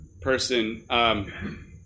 person